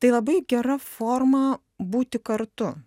tai labai gera forma būti kartu